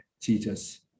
Jesus